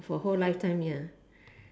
for whole lifetime ya